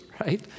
right